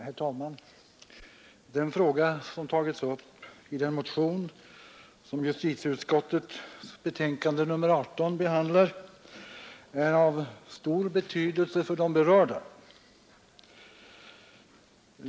Herr talman! Den fråga som tagits upp i den motion som behandlas i justitieutskottets betänkande nr 18 har stor betydelse för de berörda.